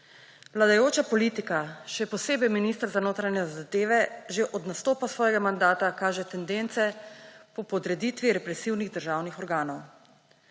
Vladajoča politika, še posebej minister za notranje zadeve, že od nastopa svojega mandata kaže tendence po podreditvi represivnih državnih organov.